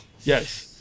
Yes